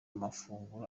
amafunguro